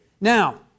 Now